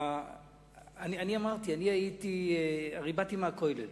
הרי באתי מהכולל,